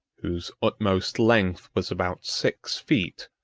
whose utmost length was about six feet,